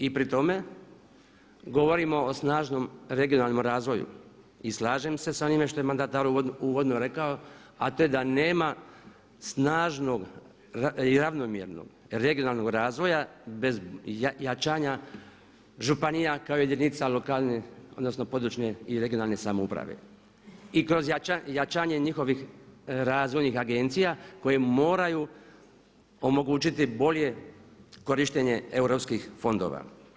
I pri tome govorimo o snažnom regionalnom razvoju i slažem se sa onim što je mandatar uvodno rekao, a to je da nema snažnog i ravnomjernog regionalnog razvoja bez jačanja županija kao jedinica lokalne odnosno područne i regionalne samouprave i kroz jačanje njihovih razvojnih agencija koje moraju omogućiti bolje korištenje europskih fondova.